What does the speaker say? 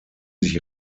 sich